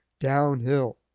downhill